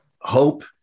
Hope